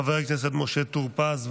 חבר הכנסת משה טור פז,